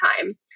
time